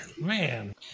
Man